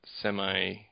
semi